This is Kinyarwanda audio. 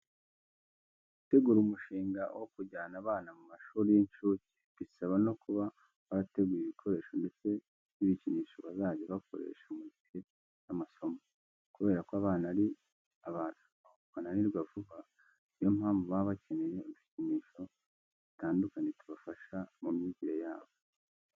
Gutegura umushinga wo kujyana abana mu mashuri y'inshuke bisaba no kuba warateguye ibikoresho ndetse n'ibikinisho bazajya bakoresha mu gihe cy'amasomo. Kubera ko abana ari abantu bananirwa vuba, niyo mpamvu baba bakeneye udukinisho dutandukanye tubafasha mu myigire yabo.